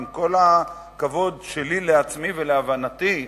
עם כל הכבוד שלי לעצמי ולהבנתי,